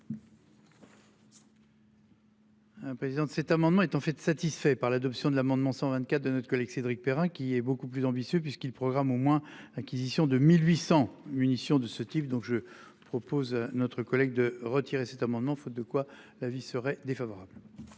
Un président de cet amendement est en fait de satisfait par l'adoption de l'amendement 124 de notre collègue Cédric Perrin qui est beaucoup plus ambitieux puisqu'il programme au moins acquisition de 1800 munitions de ce type. Donc je propose notre collègue de retirer cet amendement, faute de quoi l'avis serait défavorable.